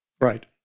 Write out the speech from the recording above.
Right